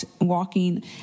walking